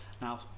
Now